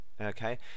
okay